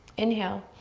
inhale.